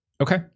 Okay